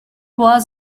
was